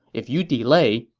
if you delay,